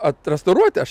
atrestauruoti aš